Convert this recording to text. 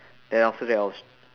then after that I was